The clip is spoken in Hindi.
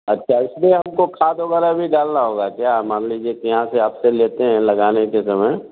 अच्छा इसमें हमको खाद वगैरह भी डालना होगा क्या मान लीजिए कि यहाँ से आपसे लेते है लगाने के समय